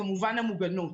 כמובן המוגנות,